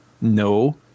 No